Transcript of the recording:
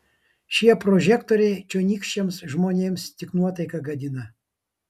šie prožektoriai čionykščiams žmonėms tik nuotaiką gadina